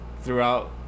throughout